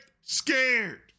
scared